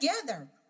together